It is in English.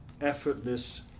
effortless